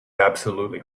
absolutely